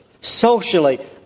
socially